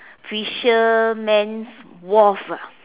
fisherman's wharf ah